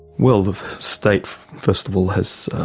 well, the state first of all has